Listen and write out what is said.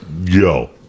Yo